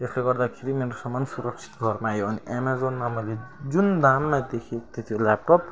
त्यसले गर्दाखेरि मेरो सामान सुरक्षित घरमा आयो अनि एमाजोनमा मैले जुन दाममा देखेको थिएँ त्यो ल्यापटप